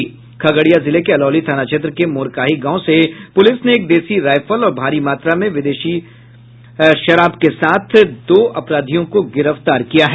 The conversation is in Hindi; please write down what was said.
खगड़िया जिले के अलौली थाना क्षेत्र के मोरकाही गांव से पुलिस ने एक देसी राइफल और भारी मात्रा में विदेशी बरामद के साथ दो अपराधियों को गिरफ्तार किया है